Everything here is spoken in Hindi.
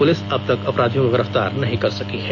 पुलिस अब तक अपराधियों को गिरफ्तार नहीं कर सकी है